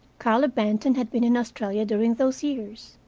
carlo benton had been in australia during those years.